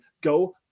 go